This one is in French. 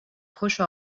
proche